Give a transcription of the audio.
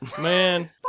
Man